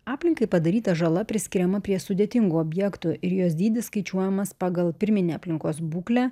aplinkai padaryta žala priskiriama prie sudėtingų objektų ir jos dydis skaičiuojamas pagal pirminę aplinkos būklę